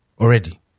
Already